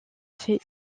faire